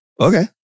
Okay